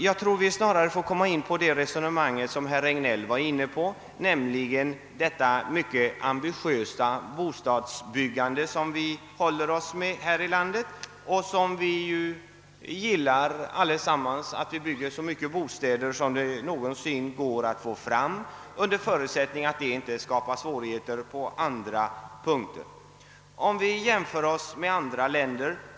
Jag tror att vi snarare bör gå in på det resonemang som herr Regnéll förde om det ambitiösa bostadsbyggande som vi håller oss med här i landet, Vi gillar alla att det byggs så mycket bostäder som det någonsin är möjligt att få fram, under förutsättning att detta inte skapar svårigheter på andra håll.